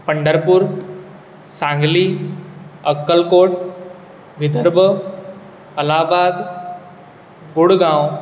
Pandharpur Sangli Akkalkot Vidarbha Allahabad Gurgaon